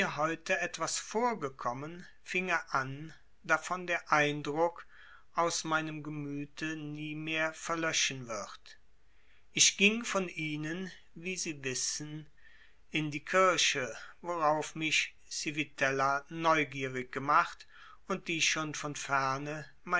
heute etwas vorgekommen fing er an davon der eindruck aus meinem gemüte nie mehr verlöschen wird ich ging von ihnen wie sie wissen in die kirche worauf mich civitella neugierig gemacht und die schon von ferne